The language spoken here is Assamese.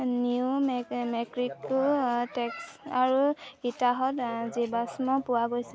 নিউ মেক্সিকো টেক্সাছ আৰু উটাহত জীৱাশ্ম পোৱা গৈছে